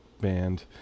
band